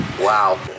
wow